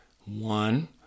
one